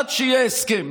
עד שיהיה הסכם.